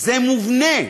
זה מובנה.